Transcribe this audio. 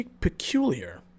peculiar